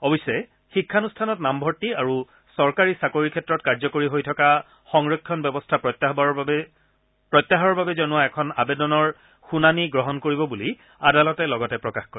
অৱশ্যে শিক্ষানুষ্ঠানত নামভৰ্তি আৰু চৰকাৰী চাকৰিৰ ক্ষেত্ৰত কাৰ্যকৰী হৈ থকা সংৰক্ষণ ব্যৱস্থা প্ৰত্যাহাৰৰ বাবে জনোৱা এখন আবেদনৰ শুনানি গ্ৰহণ কৰিব বুলি আদালতে লগতে প্ৰকাশ কৰে